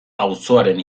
auzoaren